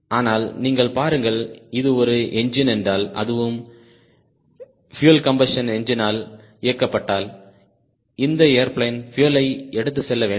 ஆனால் நீங்கள் பாருங்கள் இது ஒரு என்ஜின் என்றால் அதுவும் பியூயல் கம்பஸ்ஷன் என்ஜினால் இயக்கப்பட்டால் இந்த ஏர்பிளேன் பியூயலை எடுத்துச் செல்ல வேண்டும்